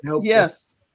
Yes